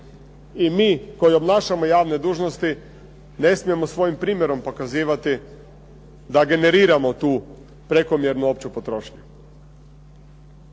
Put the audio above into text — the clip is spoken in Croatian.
i mi koji obnašamo javne dužnosti ne smijemo svojim primjerom pokazivati da generiramo tu prekomjernu opću potrošnju.